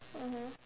mmhmm